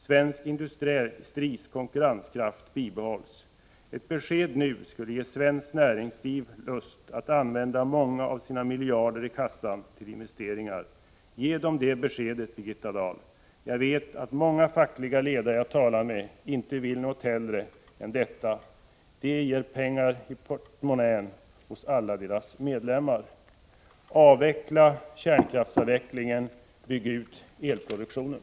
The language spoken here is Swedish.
Svensk industris konkurrenskraft skulle kunna behållas. Ett besked nu skulle kunna ge svenskt näringsliv lust att använda många av de miljarder som finns i kassorna till investeringar. Ge dem det beskedet, Birgitta Dahl! Jag vet att många fackliga ledare jag talat med inte vill något hellre än detta. Det ger pengar i portmonnän hos alla deras medlemmar. Avveckla kärnkraftsavvecklingen! Bygg ut elproduktionen!